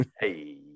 Hey